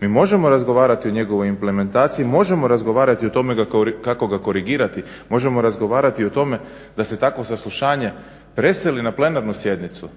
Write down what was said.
Mi možemo razgovarati o njegovoj implementaciju, možemo razgovarati o tome kako ga korigirati, možemo razgovarati i o tome da se takvo saslušanje preseli na plenarnu sjednicu.